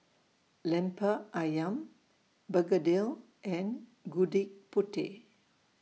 Lemper Ayam Begedil and Gudeg Putih